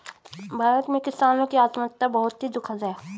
भारत में किसानों की आत्महत्या बहुत ही दुखद है